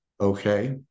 okay